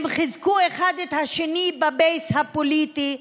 הם חיזקו אחד את השני בבייס הפוליטי,